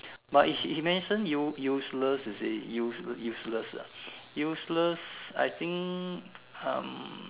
but he he mention use~ useless is it use~ useless ah useless I think um